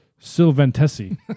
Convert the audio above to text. Silventesi